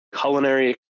culinary